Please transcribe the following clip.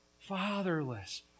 fatherless